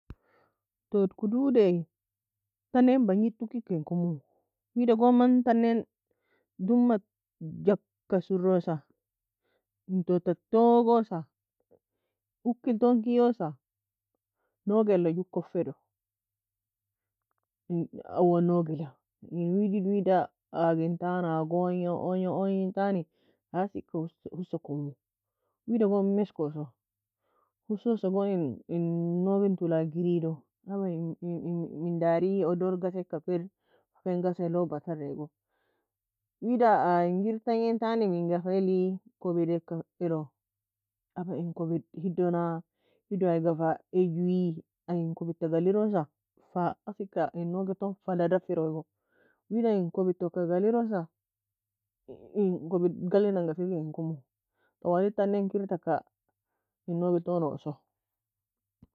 Tud kod ae tan eian en bangid ta ukir ke komo. Wida gon tan eian doma juka surusa en tud ta togosa uki elton kiyeda nouge la kofedo. Awoe nogila en wild wida agi entan lag ougnei entani aseka hussa komu wida gon meskosa husoso goin nouge en tuo la girido aba min dari odor gasie ka fa elir ken gaselo batarego. Wida a engir tangi ming fa eli kubd eka elo aba en kubd hidona hido ayga fa eguie aye fa en kobod ta galirosa fa asika en nougi elton fala dafir eague wida ein kobid toue galirosa en kobid galen nanga komo twali tan eain kir taka en nouge elton osue